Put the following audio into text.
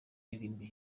yaririmbye